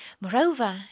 Moreover